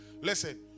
listen